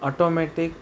automatic